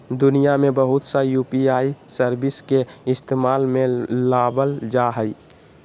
दुनिया में बहुत सा यू.पी.आई सर्विस के इस्तेमाल में लाबल जा हइ